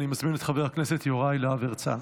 אני מזמין את חבר הכנסת יוראי להב הרצנו.